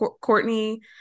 Courtney